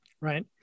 Right